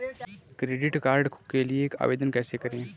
Credit card के लिए आवेदन कैसे करें?